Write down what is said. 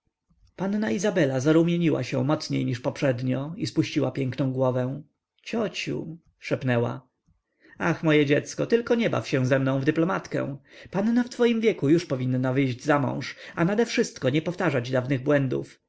panna izabela zarumieniła się mocniej niż poprzednio i spuściła piękną głowę ciociu szepnęła ach moje dziecko tylko nie baw się ze mną w dyplomatkę panna w twoim wieku już powinna wyjść zamąż a nadewszystko nie powtarzać dawnych błędów